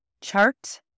chart